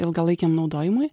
ilgalaikiam naudojimui